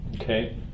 Okay